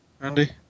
Andy